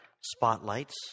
spotlights